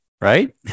right